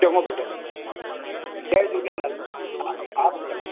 चङो पुटु जय झूलेलाल हा हा पुटु